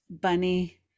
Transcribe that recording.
bunny